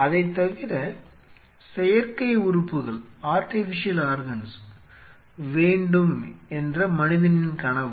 அதைத் தவிர செயற்கை உறுப்புகள் வேண்டும் என்ற மனிதனின் கனவு